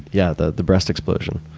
yeah, the the breast explosion.